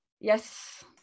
Yes